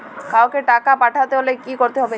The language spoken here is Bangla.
কাওকে টাকা পাঠাতে হলে কি করতে হবে?